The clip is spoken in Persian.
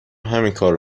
همینکارو